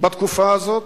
בתקופה הזאת.